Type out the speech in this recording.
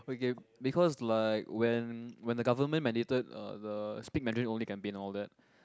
okay because like when when the government mandated uh the speak Mandarin only campaign all that